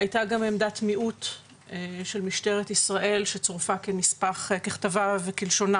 הייתה גם עמדת מיעוט של משטרת ישראל שצורפה ככתבה וכלשונה